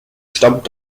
stammt